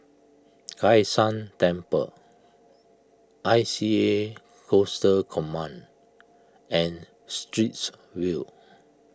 Kai San Temple I C A Coastal Command and Straits View